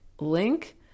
link